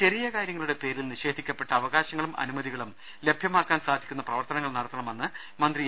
ചെറിയ കാരൃങ്ങളുടെ പേരിൽ നിഷേധിക്കപ്പെട്ട അവകാശങ്ങളും അനുമതികളും ലഭ്യമാക്കാൻ സാധിക്കുന്ന പ്രവർത്തനങ്ങൾ നടത്തണമെന്ന് മന്ത്രി എ